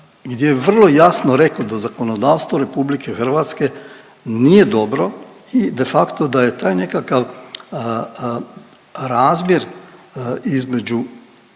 gdje je vrlo jasno reko da zakonodavstvo RH nije dobro i de facto da je taj nekakav razmjer između